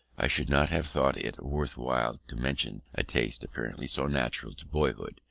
i should not have thought it worth while to mention a taste apparently so natural to boyhood,